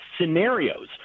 scenarios